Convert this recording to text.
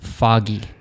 foggy